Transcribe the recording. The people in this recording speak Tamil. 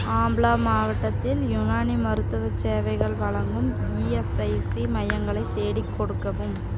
ஆம்ப்லா மாவட்டத்தில் யுனானி மருத்துவ சேவைகள் வழங்கும் இஎஸ்ஐசி மையங்களை தேடி கொடுக்கவும்